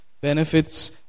benefits